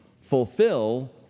fulfill